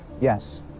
Yes